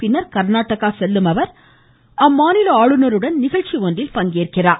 பின்னர் கர்நாடகா செல்லும் அவர் அம்மாநில ஆளுநருடன் நிகழ்ச்சி ஒன்றில் பங்கேற்கிறார்